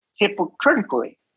hypocritically